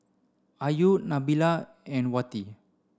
Ayu Nabila and Wati